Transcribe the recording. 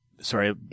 sorry